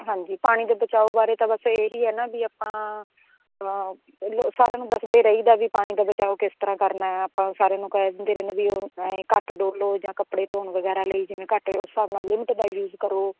ਹਾਂਜੀ ਪਾਣੀ ਦੇ ਬਚਾਓ ਬਾਰੇ ਤਾਂ ਬਸ ਇਹ ਹੀ ਹੈ ਨਾ ਵੀ ਆਪਾਂ ਆਪਣਾ ਲੋ ਸਾਰਿਆਂ ਨੂੰ ਦੱਸਦੇ ਰਹੀ ਦਾ ਵੀ ਪਾਣੀ ਦਾ ਬਚਾਓ ਕਿਸ ਤਰ੍ਹਾਂ ਕਰਨਾ ਆਪਾਂ ਸਾਰਿਆਂ ਨੂੰ ਕਹਿ ਦਿੰਦੇ ਰਹਿਣਾ ਵੀ ਉਹਨੂੰ ਆਏ ਘੱਟ ਡੋਲੋ ਜਾਂ ਕੱਪੜੇ ਧੋਣ ਵਗੈਰਾ ਲਈ ਜਿਵੇਂ ਘੱਟ ਉਸ ਹਿਸਾਬ ਨਾਲ ਲਿਮਿਟ ਦਾ ਯੂਜ਼ ਕਰੋ